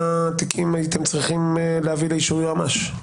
תיקים הייתם צריכים להביא לאישור יועמ"ש?